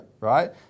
right